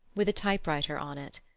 with a typewriter on it.